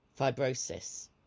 Fibrosis